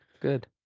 Good